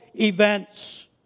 events